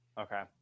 Okay